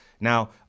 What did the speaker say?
Now